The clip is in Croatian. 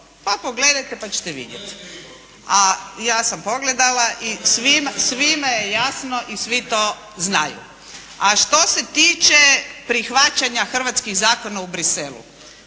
Pa pogledajte pa ćete vidjeti. …/Upadica se ne čuje./… Ja sam pogledala, svima je jasno i svi to znaju. A što se tiče prihvaćanja hrvatskih zakona u Bruxellesu,